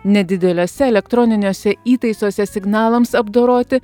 nedideliuose elektroniniuose įtaisuose signalams apdoroti